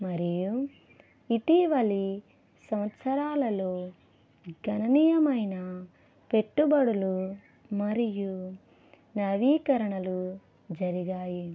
మరియు ఇటీవలే సంవత్సరాలలో గణనీయమైన పెట్టుబడులు మరియు నవీకరణలు జరిగాయి